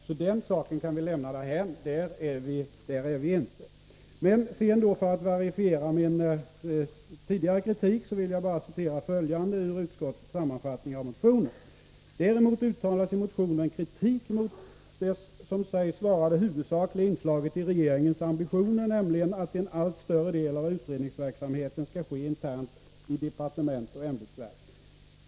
Så den saken kan lämnas därhän — här råder det enighet. Men för att sedan verifiera min tidigare kritik vill jag bara citera följande ur utskottets sammanfattning av motionen: ”Däremot uttalas i motionen kritik mot det som sägs vara det huvudsakliga inslaget i regeringens ambitioner, nämligen att en allt större del av utredningsverksamheten skall ske internt i departement och ämbetsverk.